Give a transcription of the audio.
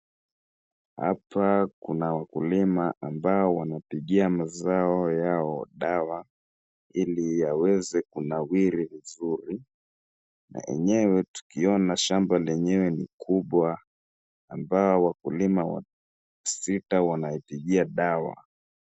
Hapa kuna wakulima ambao wanapigia mazao yao dawa ili yawze kunawiri vizuri, na enyewe tukiona shamba lenyewe ni kubwa ambao wakulima wasita wanaipigia dawa.